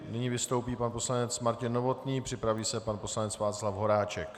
Nyní vystoupí pan poslanec Martin Novotný, připraví se pan poslanec Václav Horáček.